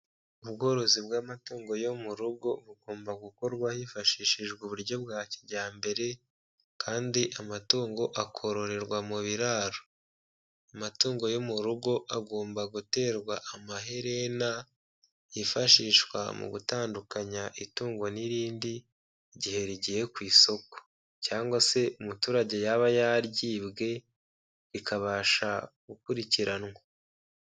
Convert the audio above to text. Ubworozi bw'amatungo yo mu rugo bugomba gukorwa hifashishijwe uburyo bwa kijyambere kandi amatungo akororerwa mu biraro, amatungo yo mu rugo agomba guterwa amaherena, yifashishwa mu gutandukanya itungo n'irindi, igihe rigiye ku isoko cyangwa se umuturage yaba yaryibwe, rikabasha gukurikiranwa.